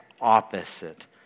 opposite